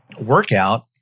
workout